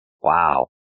Wow